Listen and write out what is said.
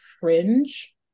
fringe